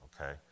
okay